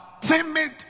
timid